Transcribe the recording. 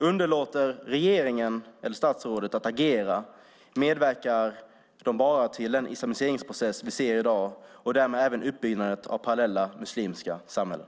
Underlåter regeringen och statsrådet att agera medverkar de bara till den islamiseringsprocess vi ser i dag och därmed även till uppbyggnaden av parallella muslimska samhällen.